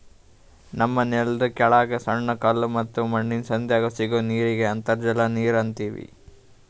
ನಮ್ಮ್ ನೆಲ್ದ ಕೆಳಗ್ ಸಣ್ಣ ಕಲ್ಲ ಮತ್ತ್ ಮಣ್ಣಿನ್ ಸಂಧ್ಯಾಗ್ ಸಿಗೋ ನೀರಿಗ್ ಅಂತರ್ಜಲ ನೀರ್ ಅಂತೀವಿ